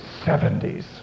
70s